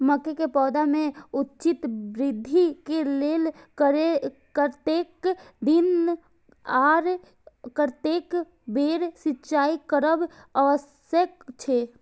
मके के पौधा के उचित वृद्धि के लेल कतेक दिन आर कतेक बेर सिंचाई करब आवश्यक छे?